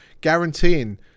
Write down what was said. guaranteeing